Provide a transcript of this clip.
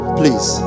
please